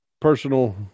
personal